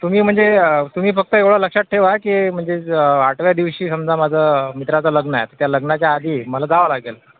तुम्ही म्हणजे तुम्ही फक्त एवढं लक्षात ठेवा की म्हणजे आठव्या दिवशी समजा माझं मित्राचं लग्न आहे तर त्या लग्नाच्या आधी मला जावं लागेल